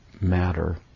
matter